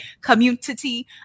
community